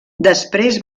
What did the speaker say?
després